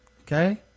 Okay